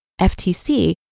FTC